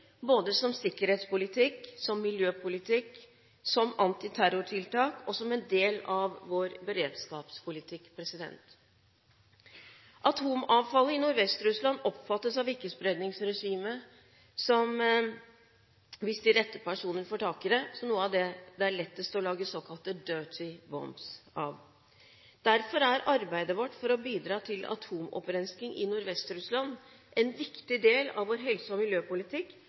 både som sikkerhetspolitikk, som miljøpolitikk, som antiterrortiltak og som en del av vår beredskapspolitikk. Atomavfallet i Nordvest-Russland oppfattes av ikkespredningsregimet som, hvis de rette personer får tak i det, noe av det det er lettest å lage såkalte «dirty bombs» av. Derfor er arbeidet vårt for å bidra til atomopprensking i Nordvest-Russland en viktig del av vår helse- og miljøpolitikk,